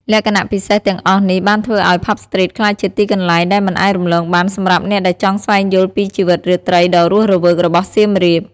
លក្ខណៈពិសេសទាំងអស់នេះបានធ្វើឲ្យ ផាប់ ស្ទ្រីត ក្លាយជាទីកន្លែងដែលមិនអាចរំលងបានសម្រាប់អ្នកដែលចង់ស្វែងយល់ពីជីវិតរាត្រីដ៏រស់រវើករបស់សៀមរាប។